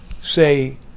say